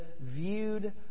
viewed